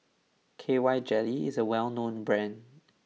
K Y Jelly is a well known brand